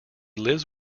lives